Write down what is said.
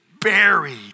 buried